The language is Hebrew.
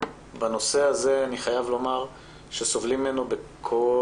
בנושא הזה אני חייב לומר שסובלים ממנו בכל